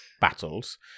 battles